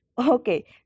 Okay